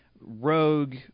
rogue